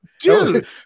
Dude